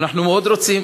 אנחנו מאוד רוצים.